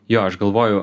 jo aš galvoju